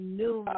new